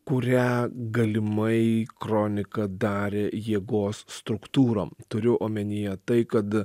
kurią galimai kronika darė jėgos struktūrom turiu omenyje tai kad